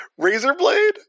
Razorblade